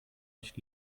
nicht